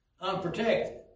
unprotected